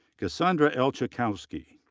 cassandra l. ceckowski.